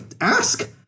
ask